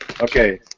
Okay